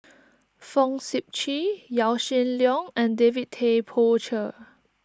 Fong Sip Chee Yaw Shin Leong and David Tay Poey Cher